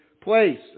place